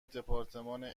دپارتمان